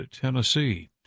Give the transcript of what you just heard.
Tennessee